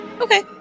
Okay